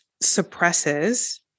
suppresses